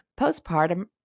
postpartum